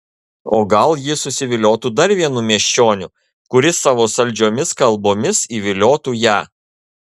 o gal ji susiviliotų dar vienu miesčioniu kuris savo saldžiomis kalbomis įviliotų ją